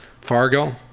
Fargo